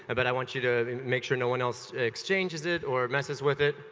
ah but i want you to make sure no one else exchanges it or messes with it.